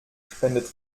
spendet